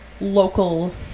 local